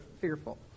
Fearful